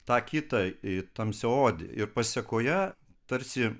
tą kitą į tamsiaodį ir pasėkoje tarsi